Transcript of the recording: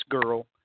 girl